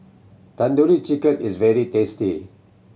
Tandoori Chicken is very tasty